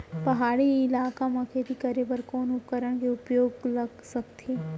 पहाड़ी इलाका म खेती करें बर कोन उपकरण के उपयोग ल सकथे?